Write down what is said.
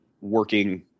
working